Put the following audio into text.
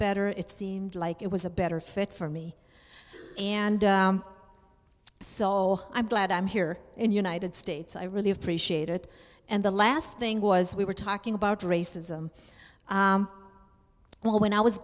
better it seemed like it was a better fit for me and so i'm glad i'm here in the united states i really appreciate it and the last thing was we were talking about racism well when i was